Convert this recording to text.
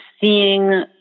seeing